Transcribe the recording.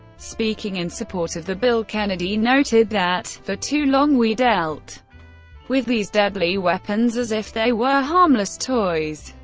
speaking in support of the bill, kennedy noted that for too long we dealt with these deadly weapons as if they were harmless toys.